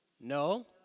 No